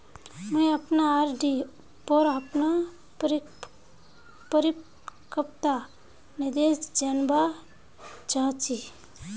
मुई अपना आर.डी पोर अपना परिपक्वता निर्देश जानवा चहची